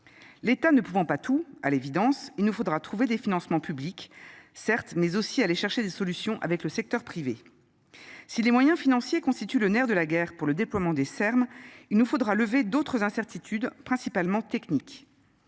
L'état ne pouvant pas tout à l'évidence, il nous faudra trouver des financements publics, certes, mais aussi à aller chercher des solutions avec le secteur privé. Si les moyens financiers constituent le nerf de la guerre pour le déploiement des ermes. Il nous faudra lever d'autres incertitudes principalement techniques,